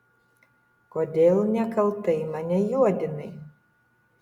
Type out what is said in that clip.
kodėl nekaltai mane juodinai